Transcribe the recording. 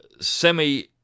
semi-